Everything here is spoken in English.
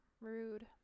rude